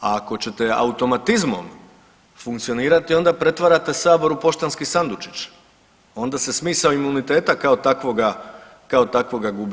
A ako ćete automatizmom funkcionirati onda pretvarate sabor u poštanski sandučić, onda se smisao imuniteta kao takvoga gubi.